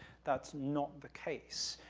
that's not the case.